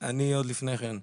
לפני כן,